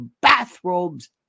bathrobes